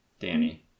Danny